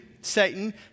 Satan